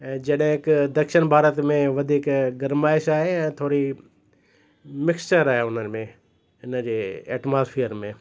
ऐं जॾहिं का दक्षिण भारत में वधीक गर्माइश आहे ऐं थोरी मिक्सचर आहे उन में हिन जे एटमॉस्फेयर में